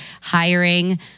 hiring